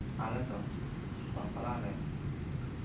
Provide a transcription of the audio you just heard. ᱟᱞᱮ ᱫᱚ ᱵᱟᱯᱞᱟ ᱨᱮ